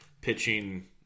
Pitching